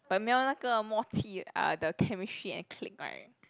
but 没有那个默契 uh the chemistry and click right